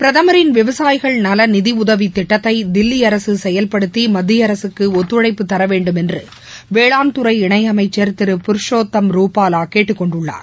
பிரதமரின் விவசாயிகள் நல நிதி உதவி திட்டத்தை தில்லி அரசு செயல்படுத்தி மத்திய அரசுக்கு ஒத்துழைப்பு தரவேண்டும் என்று வேளாண்துறை இணையமைச்சர் திரு பர்ஷோத்தம் ரூபாலா கேட்டுக்கொண்டுள்ளார்